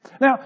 Now